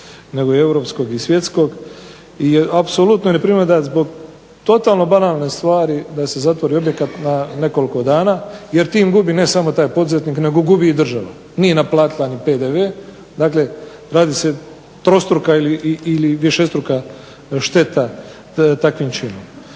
nego europskog i svjetskog i apsolutno je neprimjereno da zbog totalno banalne stvari da se zatvori objekat na nekoliko dana jer tim gubi ne samo taj poduzetnik nego gubi i država. Nije naplatila ni PDV, dakle radi se trostruka ili višestruka šteta takvim činom.